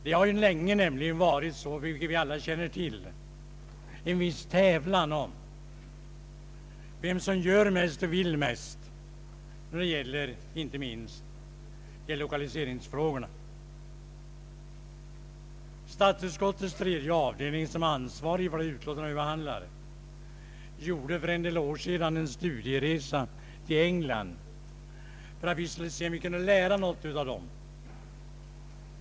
Det har nämligen länge, som vi alla känner till, pågått en viss tävlan om vem som gör mest och vill mest, inte minst när det gäller lokaliseringsfrågorna. Statsutskottets tredje avdelning, som är ansvarig för det utlåtande vi nu behandlar, gjorde för en del år sedan en studieresa till England för att vi skulle se om vi kunde lära något av detta land.